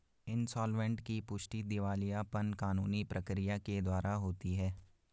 insolvent की पुष्टि दिवालियापन कानूनी प्रक्रिया के द्वारा होती है